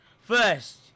First